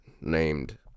named